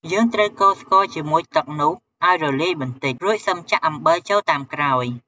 យើងត្រូវកូរស្ករជាមួយទឹកនោះឱ្យរលាយបន្តិច រួចសិមចាក់អំបិលចូលតាមក្រោយ។